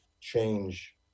change